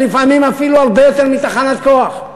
ולפעמים אפילו הרבה יותר מתחנת כוח.